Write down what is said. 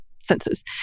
senses